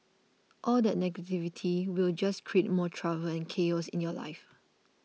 all that negativity will just create more trouble and chaos in your life